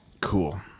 Cool